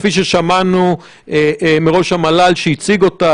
כפי ששמענו מראש המל"ל שהציג אותה,